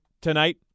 tonight